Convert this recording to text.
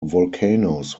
volcanoes